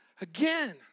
again